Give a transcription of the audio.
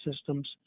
systems